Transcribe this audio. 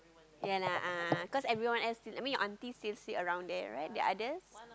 ya lah ah cause everyone else still I mean your auntie still sit around there right the other